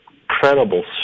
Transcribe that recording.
incredible